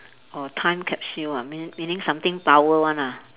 orh time capsule ah mean~ meaning something power one ah